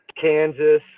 Kansas